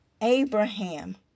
Abraham